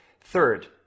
Third